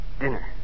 Dinner